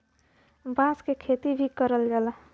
बांस क खेती भी करल जाला